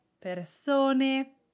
persone